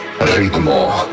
ritmo